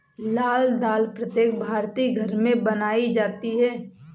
लाल दाल प्रत्येक भारतीय घर में बनाई जाती है